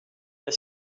est